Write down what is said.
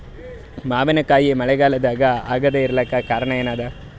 ಮಾವಿನಕಾಯಿ ಮಳಿಗಾಲದಾಗ ಆಗದೆ ಇರಲಾಕ ಕಾರಣ ಏನದ?